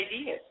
idea